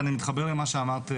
ואני מתחבר למה שאמרת,